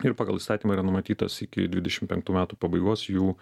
ir pagal įstatymą yra numatytas iki dvidešim penktų metų pabaigos jų